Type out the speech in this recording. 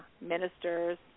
ministers